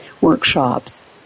workshops